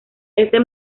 este